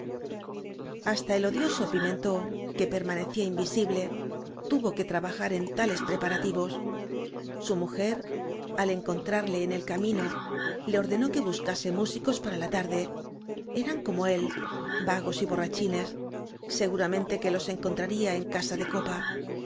hasta el odioso pimentb que permanecía invisible tuvo que trabajar en tales prepa rativos su mujer al encontrarle en el camino le ordenó que buscase músicos para la tarde eran como él vagos y borrachínes segura áñ mente que los encontraría en casa ele copar